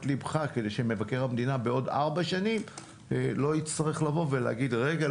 ליבך כדי שמבקר המדינה בעוד ארבע שנים לא יצטרך לבוא ולהגיד רגע,